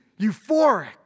euphoric